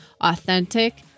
authentic